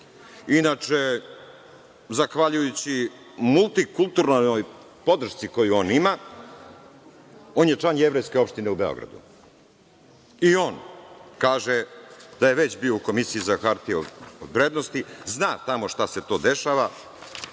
Inače, zahvaljujući multikulturnoj podršci koju on ima, on je član Jevrejske opštine u Beogradu. I on kaže da je već bio u Komisiji za hartije od vrednosti. Zna tamo šta se to dešava. Što